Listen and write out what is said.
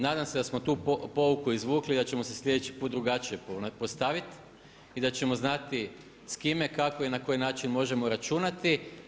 Nadam se da smo tu pouku izvukli i da ćemo se sljedeći put drugačije postaviti i da ćemo znati s kime, kako i na koji način možemo računati.